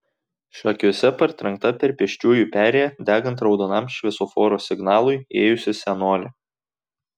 šakiuose partrenkta per pėsčiųjų perėją degant raudonam šviesoforo signalui ėjusi senolė